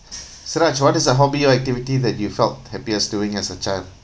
suresh what is the hobby or activity that you felt happiest doing as a child